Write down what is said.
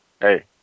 Hey